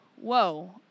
Whoa